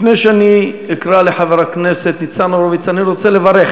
לפני שאני אקרא לחבר הכנסת ניצן הורוביץ אני רוצה לברך